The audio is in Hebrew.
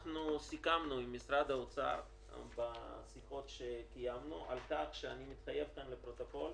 סיכמנו עם משרד האוצר בשיחות שקיימנו על כך שאני מתחייב כאן לפרוטוקול,